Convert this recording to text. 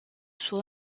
suo